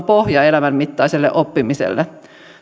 pohja elämän mittaiselle oppimiselle